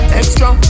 extra